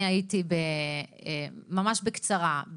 ממש בקצרה,